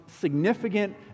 significant